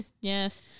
yes